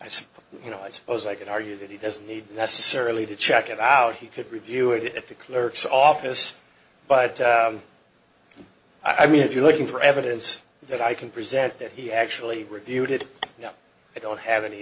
said you know i suppose i could argue that he doesn't need necessarily to check it out he could review it at the clerk's office but i mean if you're looking for evidence that i can present that he actually reviewed it you know i don't have any